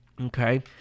okay